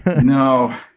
No